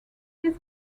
his